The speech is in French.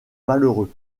malheureux